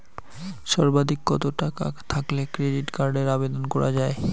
সর্বাধিক কত টাকা থাকলে ক্রেডিট কার্ডের আবেদন করা য়ায়?